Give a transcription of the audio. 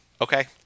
Okay